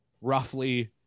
roughly